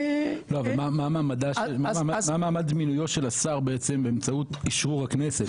אבל מה מעמד מינויו של השר בעצם באמצעות אשרור הכנסת?